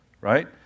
right